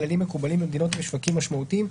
כללים מקובלים במדינות עם שווקים משמעותיים),